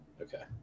Okay